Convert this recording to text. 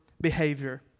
behavior